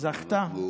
זכתה והתארסה.